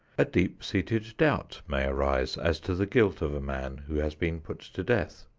a deep-seated doubt may arise as to the guilt of a man who has been put to death.